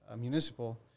municipal